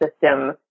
system